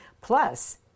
Plus